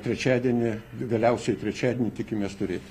trečiadienį galiausiai trečiadienį tikimės turėti